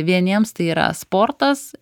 vieniems tai yra sportas